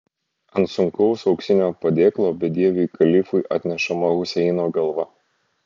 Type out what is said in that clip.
ant sunkaus auksinio padėklo bedieviui kalifui atnešama huseino galva